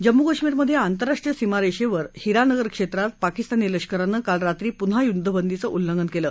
जम्मू कश्मीरमधे आंतरराष्ट्रीय सीमारेषावर हिरानगर क्षेत्रात पाकिस्तानी लष्करानं काल रात्री प्न्हा य्दधबंदीचं उल्लंघन केलं